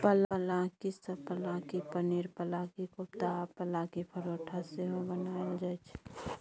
पलांकी सँ पलांकी पनीर, पलांकी कोपता आ पलांकी परौठा सेहो बनाएल जाइ छै